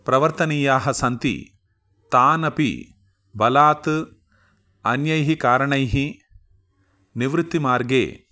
प्रवर्तनीयाः सन्ति तानपि बलात् अन्यैः कारणैः निवृत्तिमार्गे